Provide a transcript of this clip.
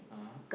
(uh huh)